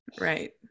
right